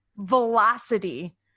velocity